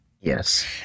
Yes